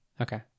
Okay